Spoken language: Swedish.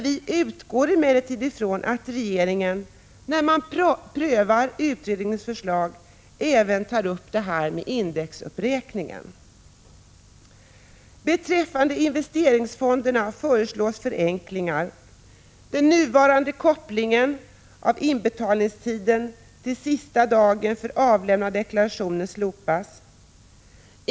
Vi utgår emellertid ifrån att regeringen, när den prövar utredningens förslag, även tar upp indexuppräkningen. Beträffande investeringsfonderna föreslås förenklingar. Den nuvarande kopplingen av inbetalningstiden till sista dagen för avlämnande av deklarationen slopas.